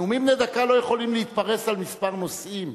נאומים בני דקה לא יכולים להתפרס על מספר נושאים.